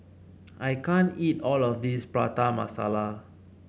I can't eat all of this Prata Masala